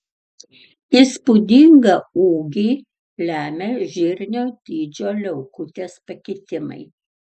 įspūdingą ūgį lemia žirnio dydžio liaukutės pakitimai